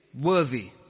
worthy